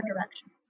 directions